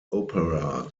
opera